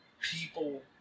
people